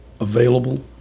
available